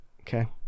okay